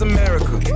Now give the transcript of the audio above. America